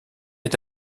est